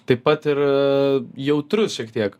taip pat ir jautrus šiek tiek